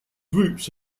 groups